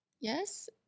yes